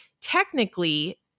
technically